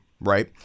right